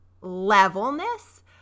levelness